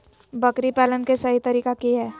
बकरी पालन के सही तरीका की हय?